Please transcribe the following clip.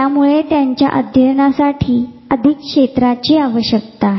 त्यामुळे त्यांच्या अध्यापनासाठी अधिक क्षेत्राची आवश्यकता आहे